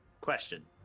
question